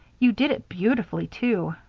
you did it beautifully, too.